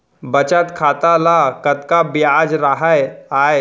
बचत खाता ल कतका ब्याज राहय आय?